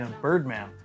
Birdman